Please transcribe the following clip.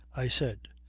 i said.